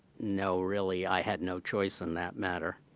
no, really, i had no choice on that matter.